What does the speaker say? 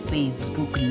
Facebook